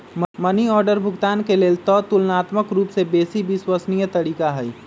money order भुगतान के लेल ततुलनात्मक रूपसे बेशी विश्वसनीय तरीका हइ